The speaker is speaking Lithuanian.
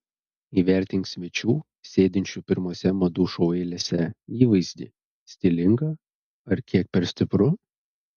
įvertink svečių sėdinčių pirmose madų šou eilėse įvaizdį stilinga ar kiek per stipru